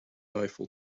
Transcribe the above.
eiffel